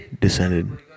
descended